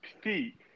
feet